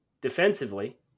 Defensively